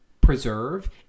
preserve